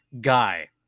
guy